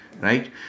right